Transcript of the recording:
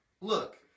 Look